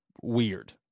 weird